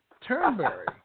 Turnberry